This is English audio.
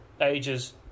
Ages